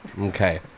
Okay